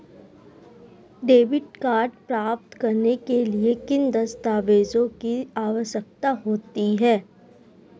Debit card प्राप्त करने के लिए किन दस्तावेज़ों की आवश्यकता होती है?